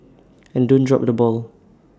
and don't drop the ball